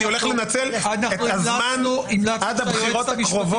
אני הולך לנצל את הזמן עד הבחירות הקרובות --- אנחנו